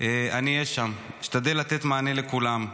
אני אהיה שם ואשתדל לתת מענה לכולם,